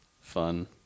fun